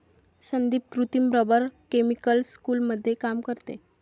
संदीप कृत्रिम rubber chemical स्कूलमध्ये काम करते